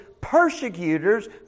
persecutors